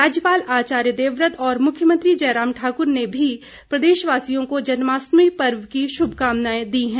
राज्यपाल आचार्य देवव्रत और मुख्यमंत्री जयराम ठाकुर ने भी प्रदेशवासियों को जन्माष्टमी पर्व की शुभकामनाएं दी हैं